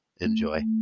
Enjoy